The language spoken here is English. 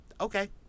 okay